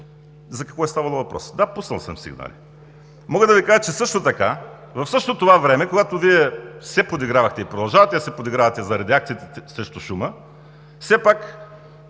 за какво става на въпрос. Да, пуснал съм сигнали. Мога да Ви кажа също така, че в същото това време, когато Вие се подигравахте и продължавате да се подигравате заради реакциите срещу шума,